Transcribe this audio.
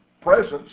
presence